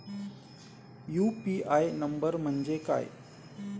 UPI number म्हणजे काय?